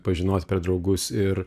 pažinot per draugus ir